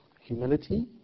humility